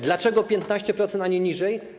Dlaczego 15%, a nie niżej?